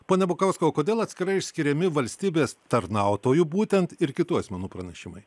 pone bukauskai o kodėl atskirai išskiriami valstybės tarnautojų būtent ir kitų asmenų pranešimai